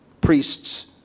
priests